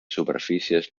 superfícies